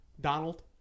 Donald